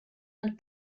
and